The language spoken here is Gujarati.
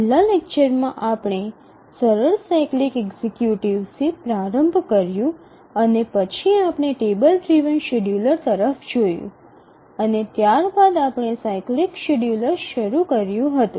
છેલ્લા લેક્ચરમાં આપણે સરળ સાયક્લિક એક્ઝિક્યુટિવ્સથી પ્રારંભ કર્યું અને પછી આપણે ટેબલ ડ્રિવન શેડ્યૂલર તરફ જોયું અને ત્યારબાદ આપણે સાયક્લિક શેડ્યૂલર શરૂ કર્યું હતું